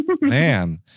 man